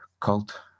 cult